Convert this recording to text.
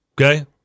Okay